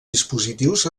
dispositius